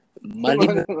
Money